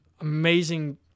amazing